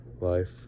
life